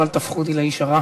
ואל תהפכו אותי לאיש הרע